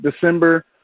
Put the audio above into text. December